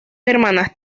hermanas